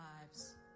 lives